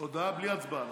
הודעה בלי הצבעה.